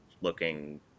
looking